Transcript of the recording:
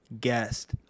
guest